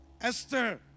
Esther